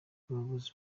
umuyobozi